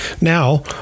Now